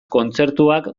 kontzertuak